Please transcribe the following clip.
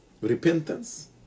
Repentance